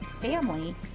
family